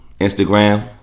Instagram